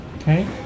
Okay